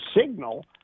signal